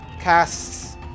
Casts